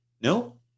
No